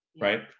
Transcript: Right